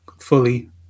fully